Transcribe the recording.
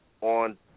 on